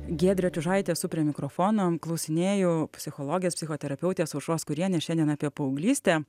giedrė čiužaitė esu prie mikrofono klausinėju psichologės psichoterapeutės aušros kurienės šiandien apie paauglystę